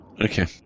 Okay